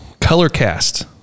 ColorCast